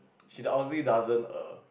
she honestly doesn't err